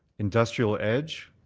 industrial edge,